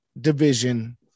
division